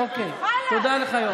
תודה לך, יואב.